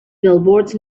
billboards